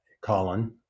Colin